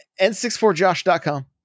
n64josh.com